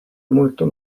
molto